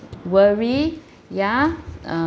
worry ya